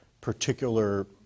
particular